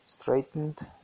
Straightened